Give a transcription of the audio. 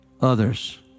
others